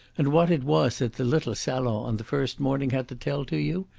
and what it was that the little salon on the first morning had to tell to you?